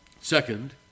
Second